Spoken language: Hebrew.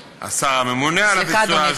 השר הממונה על הביצוע, סליחה, אדוני.